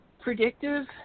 predictive